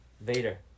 Vader